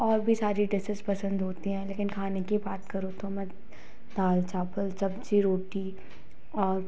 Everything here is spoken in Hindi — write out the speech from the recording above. और भी सारी डिशेस पसंद होती हैं लेकिन खाने बात करूँ तो मैं दाल चावल सब्जी रोटी और